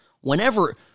whenever